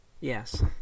Yes